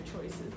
choices